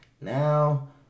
now